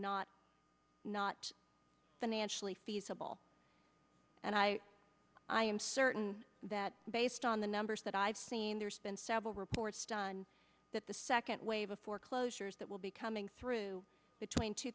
not not financially feasible and i am certain that based on the numbers that i've seen there's been several reports that the second wave of foreclosures that will be coming through between two